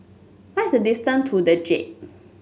what's the distance to the Jade